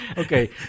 okay